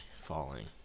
falling